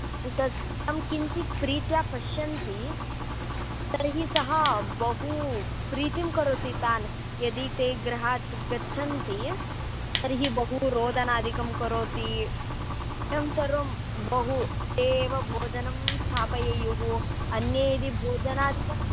उत तं किञ्चित् प्रीत्या पश्यन्ति तर्हि सः बहु प्रीतिं करोति तान् यदि ते गृहात् गच्छन्ति तर्हि बहु रोदनादिकं करोति एवं सर्वं बहु ते एव भोजनं स्थापयेयुः अन्ये यदि भोजनादिकं